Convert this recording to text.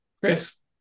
chris